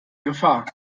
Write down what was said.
gefahr